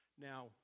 Now